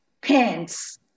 pants